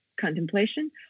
contemplation